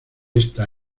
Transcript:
esta